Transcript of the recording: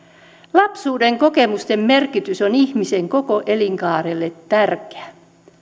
lapsuuden kokemusten merkitys on ihmisen koko elinkaarelle tärkeä